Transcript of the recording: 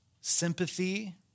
sympathy